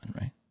right